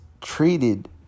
treated